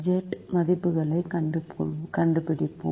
jet மதிப்புகளைக் கண்டுபிடிப்போம்